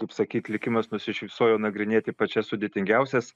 kaip sakyt likimas nusišypsojo nagrinėti pačias sudėtingiausias